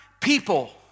People